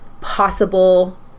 possible